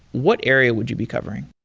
what area would you be covering?